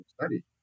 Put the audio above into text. study